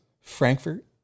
Frankfurt